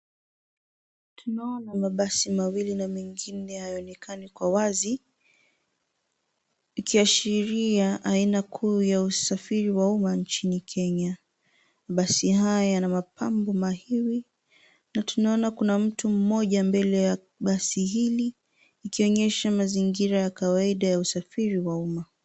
Tunaona mabasi mawili na mengine hayaonekani kwa wazi ikiashiria aina kuu ya usafiri wa umma, nchini Kenya. Mabasi haya yana mapambo mahiri na tunaona kuna mtu mmoja mbele ya basi hili, ikionyesha mazingira ya kawaida ya usafiri wa umma.